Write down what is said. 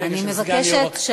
אני מבקשת,